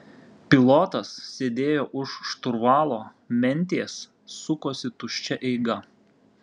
pilotas sėdėjo už šturvalo mentės sukosi tuščia eiga